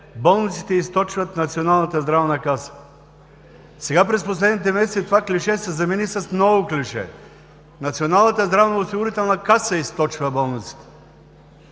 „болниците източват Националната здравноосигурителна каса“. Сега, през последните месеци, това клише се замени с ново клише: „Националната здравноосигурителна каса източва болниците“.